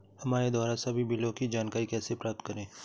हमारे द्वारा सभी बिलों की जानकारी कैसे प्राप्त करें?